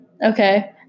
Okay